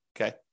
okay